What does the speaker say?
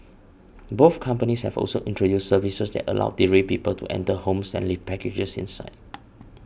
both companies have also introduced services that allow delivery people to enter homes and leave packages inside